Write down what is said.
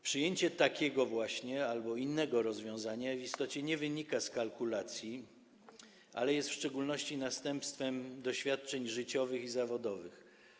Przyjęcie takiego albo innego rozwiązania w istocie nie wynika z kalkulacji, ale jest w szczególności następstwem doświadczeń życiowych i zawodowych.